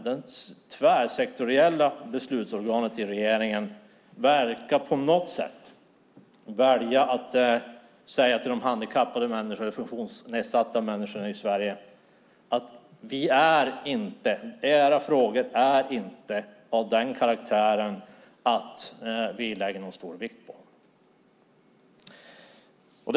Det tvärsektoriella beslutsorganet, regeringen, verkar på något sätt välja att säga till de funktionsnedsatta människorna i Sverige: Era frågor är inte av den karaktären att vi lägger stor vikt vid dem.